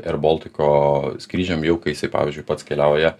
erbaltiko skrydžiam jau kai jisai pavyzdžiui pats keliauja